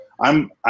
I'm-